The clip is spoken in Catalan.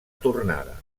tornada